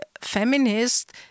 feminist